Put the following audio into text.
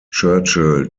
churchill